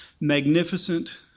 magnificent